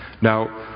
Now